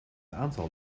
aantal